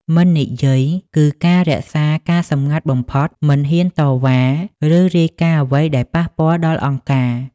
«មិននិយាយ» គឺជាការរក្សាការសម្ងាត់បំផុត និងមិនហ៊ានតវ៉ា ឬរាយការណ៍អ្វីដែលប៉ះពាល់ដល់អង្គការ។